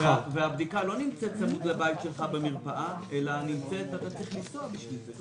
והבדיקה לא נמצאת סמוך לבית שלך במרפאה אלא אתה צריך לנסוע בשביל זה.